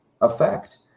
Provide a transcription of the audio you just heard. effect